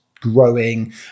growing